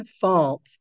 fault